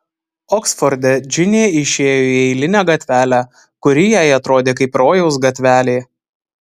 oksforde džinė išėjo į eilinę gatvelę kuri jai atrodė kaip rojaus gatvelė